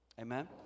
Amen